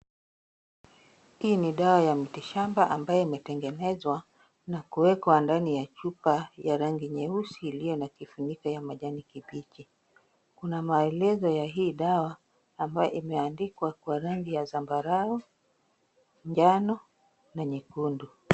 Hii ni dawa ya miti shamba ambayo imetengenezwa na kuwekwa ndani ya chupa ya rangi nyeusi iliyo na kifuniko ya kijani kibichi. Kuna maelezo ya hii dawa ambayo imeandikwa kwa rangi ya zambarau, njano na nyekundu.